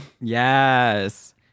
Yes